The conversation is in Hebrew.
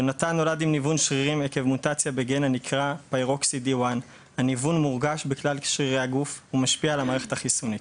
יונתן נולד עם ניוון שרירים עקב מוטציה בגן הנקרא PYROXD1. הניוון מורגש בכלל שרירי הגוף ומשפיע על המערכת החיסונית.